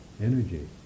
energy